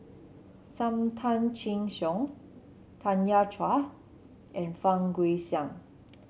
Sam Tan Chin Siong Tanya Chua and Fang Guixiang